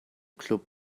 club